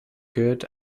good